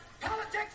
politics